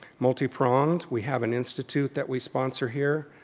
multi-pronged. we have an institute that we sponsor here.